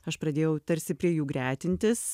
aš pradėjau tarsi prie jų gretintis